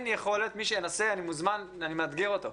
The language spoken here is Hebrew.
מי שינסה, אני מאתגר אותו.